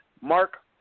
Mark